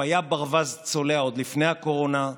הוא היה ברווז צולע עוד לפני הקורונה,